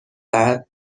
بعد